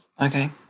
Okay